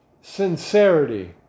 sincerity